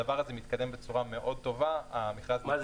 הדבר הזה מתקדם בצורה מאוד טובה -- מה,